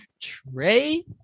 Trey